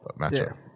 matchup